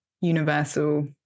universal